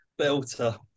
Belter